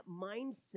mindset